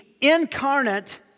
incarnate